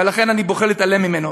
ולכן אני בוחר להתעלם ממנה.